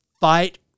Fight